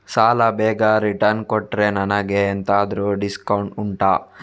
ಸಾಲ ಬೇಗ ರಿಟರ್ನ್ ಕೊಟ್ರೆ ನನಗೆ ಎಂತಾದ್ರೂ ಡಿಸ್ಕೌಂಟ್ ಉಂಟಾ